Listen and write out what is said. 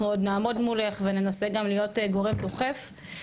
עוד נעמוד מולך וננסה להיות גם גורם דוחף.